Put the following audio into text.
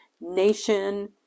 nation